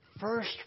first